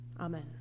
Amen